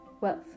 wealth